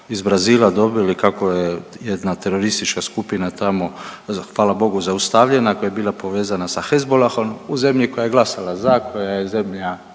iz Brazila dobili kako je jedna teroristička skupina tamo, hvala Bogu zaustavljena koja je bila povezana sa Hezbollahom u zemlji koja je glasala za, koja je zemlja,